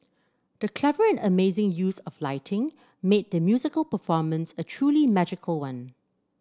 the clever and amazing use of lighting made the musical performance a truly magical one